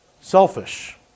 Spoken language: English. Selfish